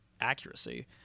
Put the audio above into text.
accuracy